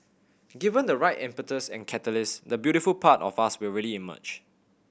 given the right impetus and catalyst the beautiful part of us will really emerge